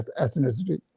ethnicity